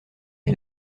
est